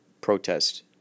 protest